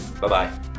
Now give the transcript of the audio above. Bye-bye